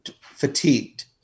fatigued